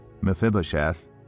Mephibosheth